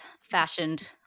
fashioned